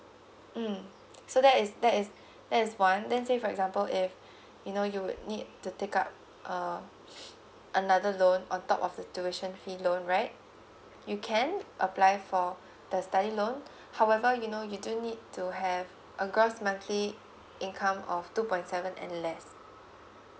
mm so that is that is that is one then say for example if you know you would need to take up uh another loan on top of the tuition fee loan right you can apply for the study loan however you know you do need to have a gross monthly income of two point seven and less